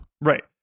Right